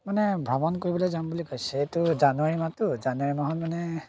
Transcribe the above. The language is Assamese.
মানে ভ্ৰমণ কৰিবলৈ যাম বুলি কৈছে এইটো জানুৱাৰী মাহতো জানুৱাৰী মাহটো তাৰমানে